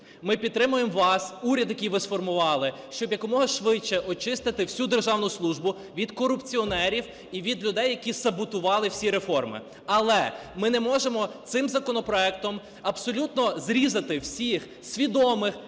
ми підтримуємо вас, уряд, який ви сформували, щоб якомога швидше очистити всю державну службу від корупціонерів і від людей, яка саботували всі реформи. Але ми не можемо цим законопроектом абсолютно зрізати всіх свідомих